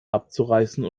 abzureißen